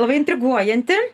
labai intriguojantį